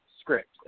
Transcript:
script